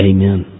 Amen